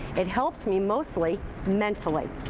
it helps me mostly mentally.